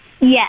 Yes